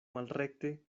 malrekte